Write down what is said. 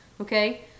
Okay